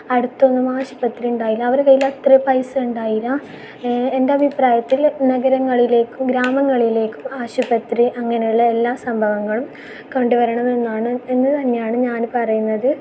അടുത്തൊന്നും ആശുപത്രി ഉണ്ടാവില്ല അവരെ കൈയിൽ അത്ര പൈസ ഉണ്ടായില്ല എൻ്റെ അഭിപ്രായത്തിൽ നഗരങ്ങളിലേക്കും ഗ്രാമങ്ങളിലേക്കും ആശുപത്രി അങ്ങനെയുള്ള എല്ലാ സംഭവങ്ങളും കൊണ്ടുവരണമെന്നാണ് എന്നു തന്നെയാണ് ഞാൻ പറയുന്നത്